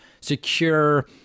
secure